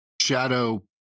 Shadow